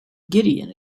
gideon